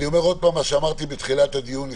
אני אומר שוב את מה שאמרתי בתחילת הדיון,